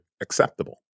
acceptable